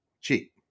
cheap